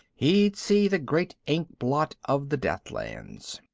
he'd see the great inkblot of the deathlands.